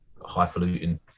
highfalutin